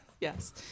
Yes